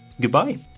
Goodbye